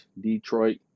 detroit